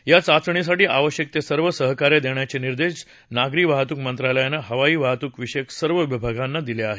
या चाचणीसाठी आवश्यक ते सर्व सहकार्य देण्याचे निर्देश नागरी वाहतूक मंत्रालयानं हवाई वाहतूकविषयक सर्व विभागांना दिले आहेत